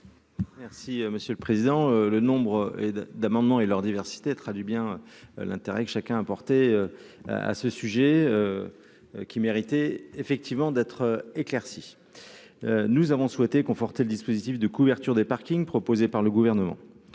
Merci monsieur le président, le nombre d'amendements et leur diversité traduit bien l'intérêt chacun apporté à ce sujet, qui méritait effectivement d'être éclairci. Nous avons souhaité conforter le dispositif de couverture des parkings proposée par le gouvernement,